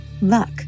Luck